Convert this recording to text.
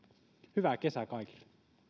hyvää kesää kaikille